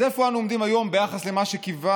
אז איפה אנו עומדים היום ביחס למה שקיווה